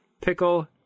pickle